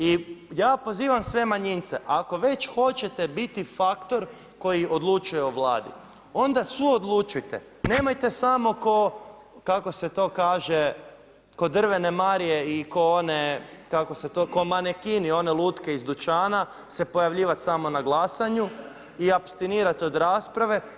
I ja pozivam sve manjince ako već hoćete biti faktor koji odlučuje o Vladi, onda suodlučujte, nemojte samo kako se to kaže kao drvene Marije i kao one, kako se to kaže kao … one lutke iz dućana se pojavljivati samo na glasanju i apstinirati od rasprave.